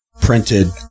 printed